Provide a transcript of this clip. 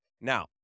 Now